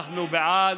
אנחנו בעד.